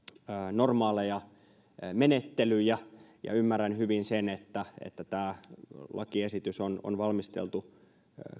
normaaleja menettelyjä ja ja ymmärrän hyvin sen että että tämä lakiesitys on on valmisteltu